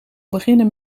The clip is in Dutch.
beginnen